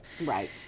right